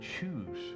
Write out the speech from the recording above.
choose